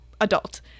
adult